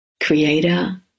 Creator